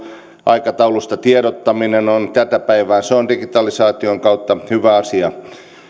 aikatauluista tiedottaminen on tätä päivää ja se on digitalisaation kautta hyvä asia